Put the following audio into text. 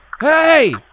hey